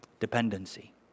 dependency